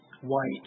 white